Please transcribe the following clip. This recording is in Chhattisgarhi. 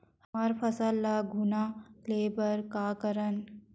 हमर फसल ल घुना ले बर का करन?